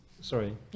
sorry